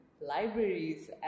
libraries